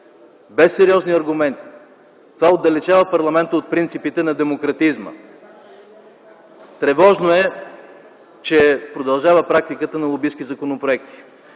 без сериозни аргументи. Това отдалечава парламента от принципите на демократизма. Тревожно е, че продължава практиката на лобистки законопроекти.